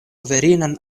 virinan